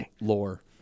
lore